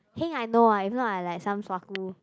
heng I know ah if not I like some suaku